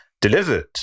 delivered